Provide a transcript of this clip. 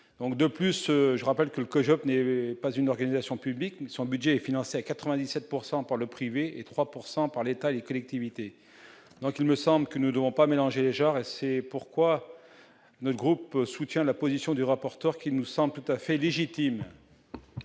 de plus, je rappelle que que je n'ai pas une organisation publique ne son budget est financé à 97 pourcent pour le privé et 3 pourcent par l'État et les collectivités, donc il me semble que nous devons pas mélanger les genres et c'est pourquoi notre groupe soutient la position du rapporteur qui nous sommes tout à fait légitime.